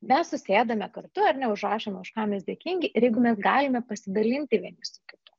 mes susėdame kartu ar ne užrašom už ką mes dėkingi ir jeigu mes galime pasidalinti vieni su kitu